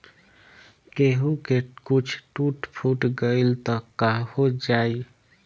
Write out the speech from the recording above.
केहू के कुछ टूट फुट गईल त काहो जाई